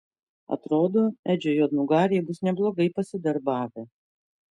atrodo edžio juodnugariai bus neblogai pasidarbavę